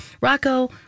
Rocco